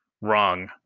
wrong